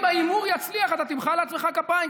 אם ההימור יצליח אתה תמחא לעצמך כפיים,